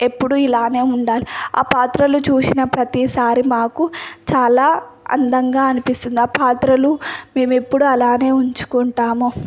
ఎప్పుడూ ఇలానే ఉండాలి ఆ పాత్రలు చూసిన ప్రతిసారి మాకు చాలా అందంగా అనిపిస్తుంది ఆ పాత్రలు మేము ఎప్పుడూ అలానే ఉంచుకుంటాము